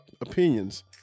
opinions